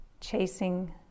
chasing